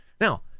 Now